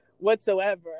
whatsoever